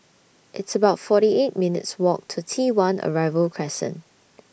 It's about forty eight minutes' Walk to T one Arrival Crescent